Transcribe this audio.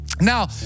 Now